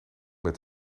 met